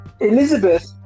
Elizabeth